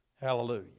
Hallelujah